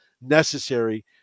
necessary